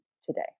today